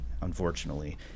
unfortunately